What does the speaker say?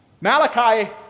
Malachi